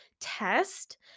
test